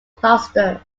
cluster